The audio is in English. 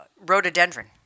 rhododendron